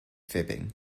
fibbing